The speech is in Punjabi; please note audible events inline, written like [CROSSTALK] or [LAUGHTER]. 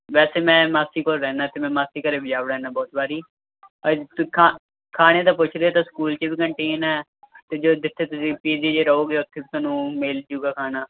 ਵੈਸੇ ਮੈਂ ਮਾਸੀ ਕੋਲ ਰਹਿੰਦਾ ਅਤੇ ਮੈਂ ਮਾਸੀ ਘਰ ਵੀ [UNINTELLIGIBLE] ਰਹਿੰਦਾ ਬਹੁਤ ਵਾਰੀ ਤਾਂ ਖਾ ਖਾਣੇ ਦਾ ਪੁੱਛਦੇ ਤਾਂ ਸਕੂਲ 'ਚ ਵੀ ਕੰਟੀਨ ਹੈ ਅਤੇ ਜੋ ਜਿੱਥੇ ਤੁਸੀਂ ਪੀ ਜੀ 'ਚ ਰਹੋਗੇ ਉੱਥੇ ਵੀ ਤੁਹਾਨੂੰ ਮਿਲ ਜਾਊਗਾ ਖਾਣਾ